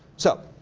so,